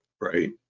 right